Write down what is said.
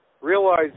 realize